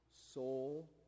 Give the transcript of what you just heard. soul